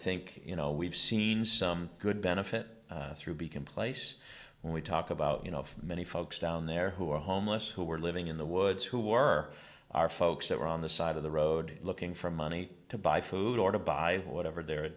think you know we've seen some good benefit through beacon place when we talk about you know many folks down there who are homeless who are living in the woods who were our folks that were on the side of the road looking for money to buy food or to buy whatever their